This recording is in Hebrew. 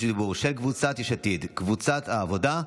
דיבור של קבוצת סיעת יש עתיד וקבוצת סיעת העבודה.